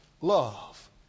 love